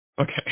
Okay